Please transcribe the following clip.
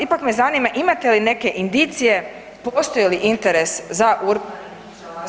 Ipak me zanima, imate li neke indicije postoji li interes za ... [[Govornik nije uključen.]] u